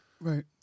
Right